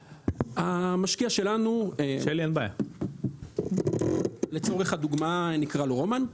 המשקיע שלנו, לצורך הדוגמה נקרא לו רומן,